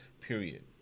period